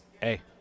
hey